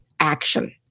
action